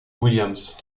williams